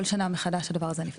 כל שנה מחדש הדבר הזה נפתח.